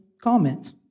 comment